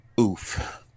oof